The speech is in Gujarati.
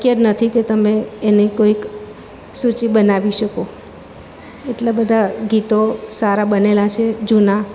શક્ય જ નથી કે તમે એને કોઈક સૂચિ બનાવી શકો એટલા બધા ગીતો સારા બનેલા છે જૂના